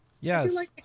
Yes